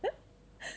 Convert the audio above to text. but